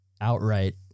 outright